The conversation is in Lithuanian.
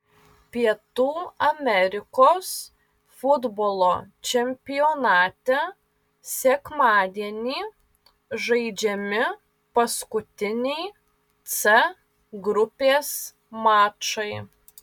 pietų amerikos futbolo čempionate sekmadienį žaidžiami paskutiniai c grupės mačai